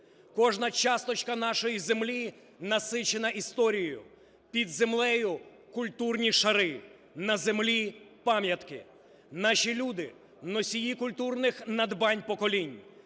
Кожна часточка нашої землі насичена історією: під землею – культурні шари, на землі – пам'ятки. Наші люди – носії культурних надбань поколінь,